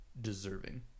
deserving